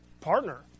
partner